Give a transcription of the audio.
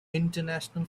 international